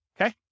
Okay